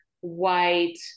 white